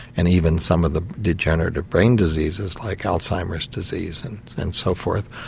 and even some of the degenerative brain diseases like alzheimer's disease and and so forth,